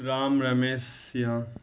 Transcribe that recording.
رام رمیش سیاہ